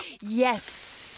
Yes